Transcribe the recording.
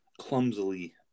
clumsily